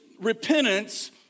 repentance